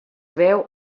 veu